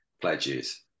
pledges